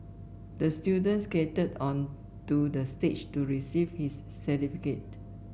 the student skated onto the stage to receive his certificate